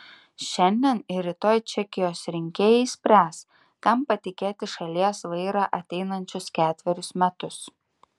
šiandien ir rytoj čekijos rinkėjai spręs kam patikėti šalies vairą ateinančius ketverius metus